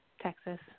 Texas